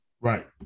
Right